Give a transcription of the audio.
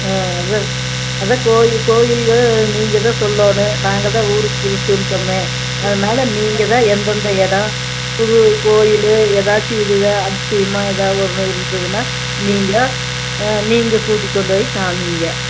ஆ அதுதான் அதுதான் கோயி கோயில்கள் நீங்கள் தான் சொல்லணும் நாங்கள்தான் ஊருக்கு புதுசுன்ட்டோமே அதனால் நீங்கள் தான் எந்தெந்த இடம் புது கோயில் ஏதாச்சும் இது அதிசயமாக எதாவது ஒன்று இருந்துதுன்னால் நீங்கள் நீங்கள் கூட்டி கொண்டு போய் காமிங்க